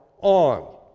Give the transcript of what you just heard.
on